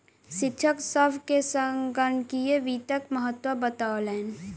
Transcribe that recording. शिक्षक सभ के संगणकीय वित्तक महत्त्व बतौलैन